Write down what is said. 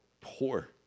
poor